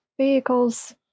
Vehicles